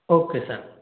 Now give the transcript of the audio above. okay sir